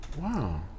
Wow